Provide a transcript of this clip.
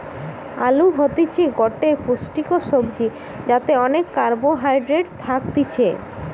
আলু হতিছে গটে পুষ্টিকর সবজি যাতে অনেক কার্বহাইড্রেট থাকতিছে